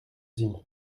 zien